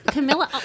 Camilla